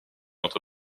entre